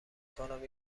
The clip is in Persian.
کنم